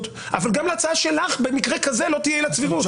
אבל גם להצעה שלך במקרה כזה לא תהיה עילת סבירות.